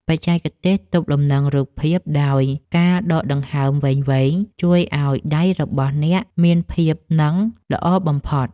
បច្ចេកទេសទប់លំនឹងរូបភាពដោយការដកដង្ហើមវែងៗជួយឱ្យដៃរបស់អ្នកមានភាពនឹងល្អបំផុត។